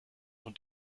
und